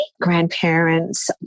grandparents